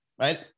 right